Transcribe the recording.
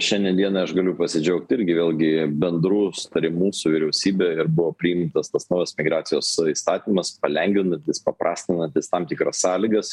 šiandien dienai aš galiu pasidžiaugt irgi vėlgi bendru sutarimu su vyriausybe ir buvo priimtas tas naujas migracijos įstatymas palengvinantis paprastinantis tam tikras sąlygas